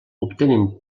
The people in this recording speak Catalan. obtenen